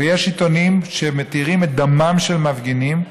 ויש עיתונים שמתירים את דמם של מפגינים,